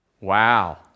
Wow